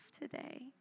today